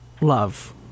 love